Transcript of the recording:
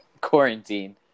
quarantine